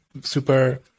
super